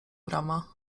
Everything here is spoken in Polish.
brama